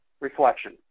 reflection